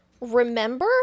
remember